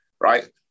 right